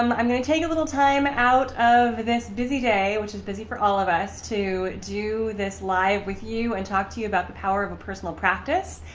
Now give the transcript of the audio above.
um i'm going to take a little time out of this busy day which is busy for all of us to do this live with you and talk to you about the power of a personal practice.